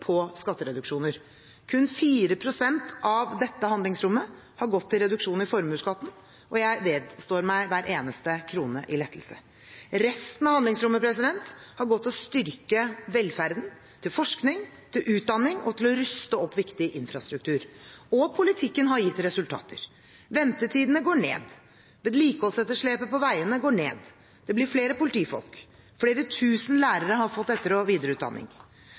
på skattereduksjoner. Kun 4 pst. av dette handlingsrommet har gått til reduksjon i formuesskatten, og jeg vedstår meg hver eneste krone i lettelse. Resten av handlingsrommet har gått til å styrke velferden, til forskning, til utdanning og til å ruste opp viktig infrastruktur. Og politikken har gitt resultater: Ventetidene går ned, vedlikeholdsetterslepet på veiene går ned, det blir flere politifolk, flere tusen lærere har fått etter- og videreutdanning.